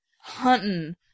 hunting